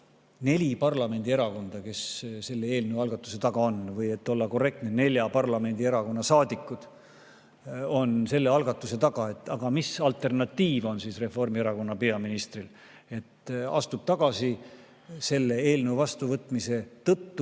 neli parlamendierakonda on selle eelnõu algatuse taga – või et olla korrektne, nelja parlamendierakonna saadikud on selle algatuse taga –, mis alternatiiv on Reformierakonna peaministril? Astub tagasi selle eelnõu vastuvõtmise tõttu